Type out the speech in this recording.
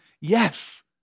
yes